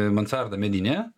mansarda medinė